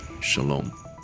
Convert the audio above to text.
Shalom